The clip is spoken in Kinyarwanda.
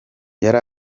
yari